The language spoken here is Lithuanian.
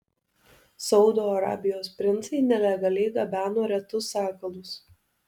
saudo arabijos princai nelegaliai gabeno retus sakalus